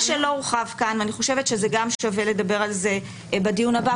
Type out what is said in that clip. מה שלא הורחב כאן ואני חושבת שגם שווה לדבר על זה בדיון הבא,